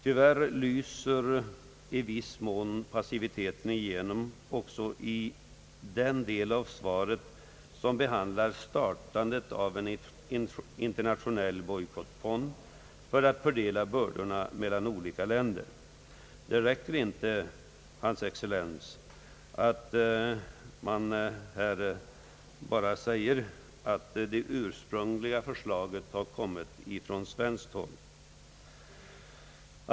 Tyvärr lyser passiviteten i viss mån igenom även i den del av svaret som behandlar startandet av en internationell bojkottfond för att fördela bördorna mellan olika länder. Det räcker inte, ers excellens, med att säga att det ursprungliga förslaget har kommit från svenskt håll.